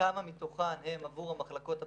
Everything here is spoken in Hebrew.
וכמה מתוכן הם עבור המחלקות הפנימיות.